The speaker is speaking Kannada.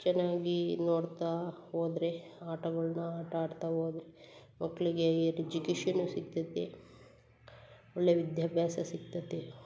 ಚೆನ್ನಾಗಿ ನೋಡ್ತಾ ಹೋದರೆ ಆಟಗಳ್ನ ಆಟಾಡ್ತಾ ಹೋದ್ರೆ ಮಕ್ಕಳಿಗೆ ಐಯರ್ ಎಜುಕೇಷನೂ ಸಿಗ್ತದೆ ಒಳ್ಳೆಯ ವಿದ್ಯಾಭ್ಯಾಸ ಸಿಗ್ತದೆ